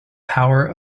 power